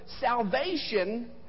salvation